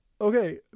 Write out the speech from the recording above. Okay